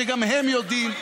שגם הם יודעים,